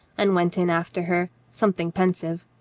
and went in after her, something pensive,